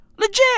Legit